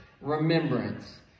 remembrance